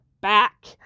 back